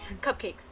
cupcakes